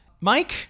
Mike